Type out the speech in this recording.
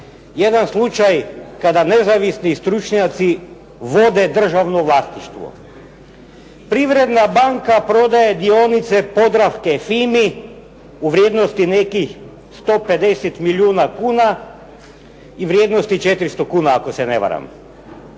jedan slučaj kada nezavisni stručnjaci vode državno vlasništvo. Privredna banka prodaje dionice "Podravke" FINA-i u vrijednosti nekih 150 milijuna kuna i vrijednosti 400 kuna ako se ne varam.